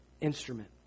instrument